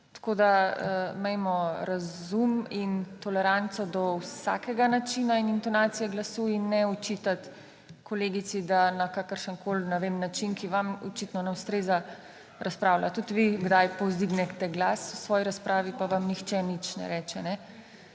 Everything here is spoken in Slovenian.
tako da imejmo razum in toleranco do vsakega načina in intonacije glasu in ne očitati kolegici, da na kakršenkoli, ne vem, način, ki vam očitno ne ustreza, razpravlja. Tudi vi kdaj povzdignete glas v svoji razpravi, pa vam nihče nič ne reče.